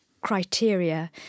Criteria